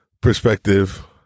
perspective